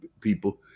people